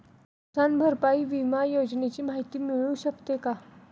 नुकसान भरपाई विमा योजनेची माहिती मिळू शकते का?